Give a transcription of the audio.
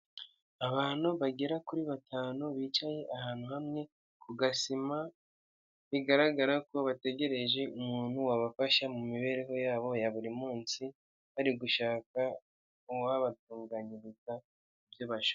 Abantu bagera kuri batanu bicaye ahantu hamwe ku gasima bigaragara ko bategereje umuntu wabafasha mu mibereho yabo ya buri munsi bari gushaka uwabatunganyiriza ibyo bashaka.